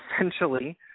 essentially –